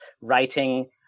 writing